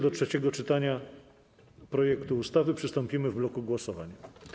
Do trzeciego czytania projektu ustawy przystąpimy w bloku głosowań.